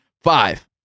five